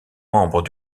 membre